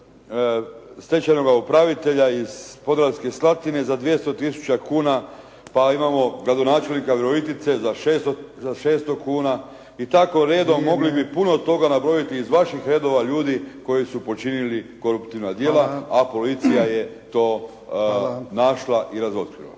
kod stečajnoga upravitelja kod Podravske Slatine za 200 tisuća kuna. Pa imamo gradonačelnika Virovitice za 600 kuna. I tako redom, mogli bi puno toga nabrojiti iz vaših redova ljudi koji su počinili korumptivna djela a policija je to našla i razotkrila.